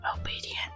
obedient